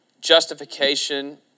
justification